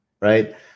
right